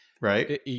Right